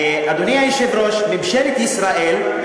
אדוני היושב-ראש, ממשלת ישראל,